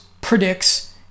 predicts